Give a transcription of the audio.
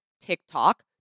TikTok